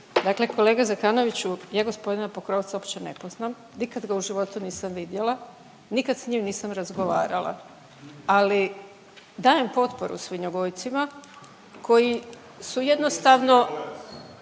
Dakle, kolega Zekanoviću ja gospodina Pokrovca uopće ne poznam, nikad ga u životu nisam vidjela, nikad s njim nisam razgovarala. Ali dajem potporu svinjogojcima koji su jednostavno